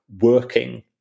working